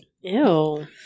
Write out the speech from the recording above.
Ew